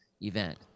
event